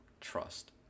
trust